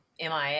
MIA